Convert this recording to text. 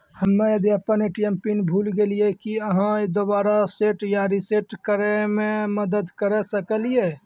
हम्मे यदि अपन ए.टी.एम पिन भूल गलियै, की आहाँ दोबारा सेट या रिसेट करैमे मदद करऽ सकलियै?